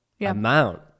amount